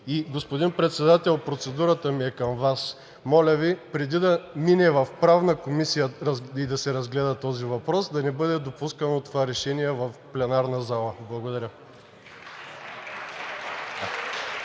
Господин Председател, процедурата ми е към Вас: моля Ви, преди да мине в Правната комисия и да се разгледа този въпрос, да не бъде допускано това решение в пленарната зала. Благодаря.